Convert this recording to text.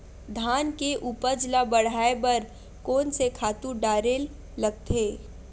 धान के उपज ल बढ़ाये बर कोन से खातु डारेल लगथे?